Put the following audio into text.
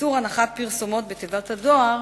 איסור הנחת פרסומות בתיבות הדואר